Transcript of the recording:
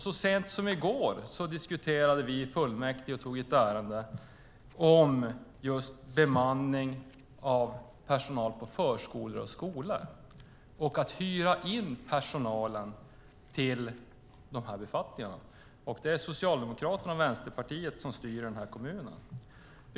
Så sent som i går diskuterade vi i fullmäktige ett ärende om bemanning av personal på förskolor och skolor, nämligen att hyra in personal till dessa befattningar. Det är Socialdemokraterna och Vänsterpartiet som styr i den kommunen.